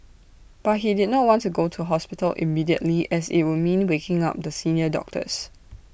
but he did not want to go to hospital immediately as IT would mean waking up the senior doctors